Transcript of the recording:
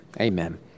amen